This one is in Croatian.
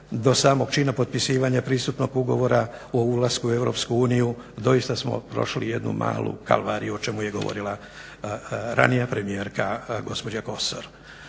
do samog čina potpisivanja pristupnog ugovora. O ulasku u EU doista smo prošli jednu malu kalvariju o čemu je govorila ranije premijerka gospođa Kosor.